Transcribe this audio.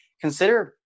consider